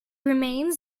remains